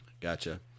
Gotcha